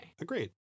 Agreed